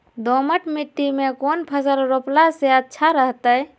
दोमट मिट्टी में कौन फसल रोपला से अच्छा रहतय?